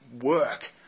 work